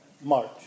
march